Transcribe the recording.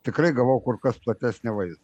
tikrai gavau kur kas platesnį vaizdą